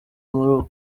maroc